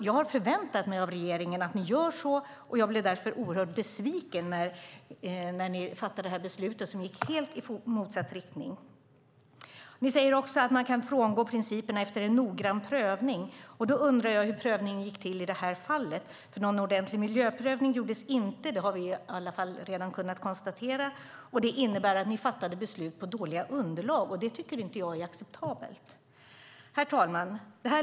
Jag har förväntat mig att regeringen gör så, och jag blev därför oerhört besviken när ni fattade det här beslutet som går i helt motsatt riktning. Ni säger också att man kan frångå principerna efter en noggrann prövning. Då undrar jag hur prövningen gick till i det här fallet, för att någon ordentlig miljöprövning inte gjordes har vi redan kunnat konstatera. Det innebär att ni fattade beslut på dåliga underlag, och det tycker inte jag är acceptabelt. Herr talman!